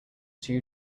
two